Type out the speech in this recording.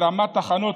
ברמת תחנות,